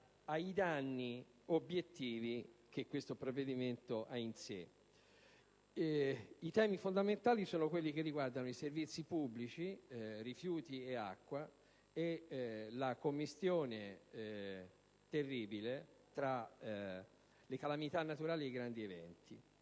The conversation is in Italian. ai danni obiettivi che il provvedimento in esame ha in sé. I temi fondamentali sono quelli che riguardano i servizi pubblici, in particolare rifiuti e acqua, e la commistione, terribile, tra le calamità naturali e i grandi eventi.